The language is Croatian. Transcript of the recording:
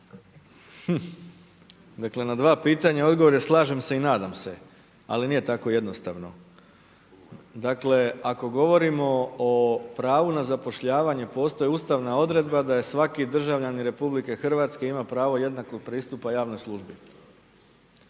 dakle na dva pitanja odgovor je slažem se i nadam se ali nije tako jednostavno. Dakle ako govorimo o pravu na zapošljavanje, postoji ustavna odredba da svaki državljanin RH ima pravo jednakog pristupa javnoj službi.